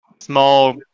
small